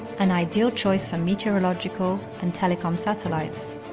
an ideal choice for meteorological and telecom satellites.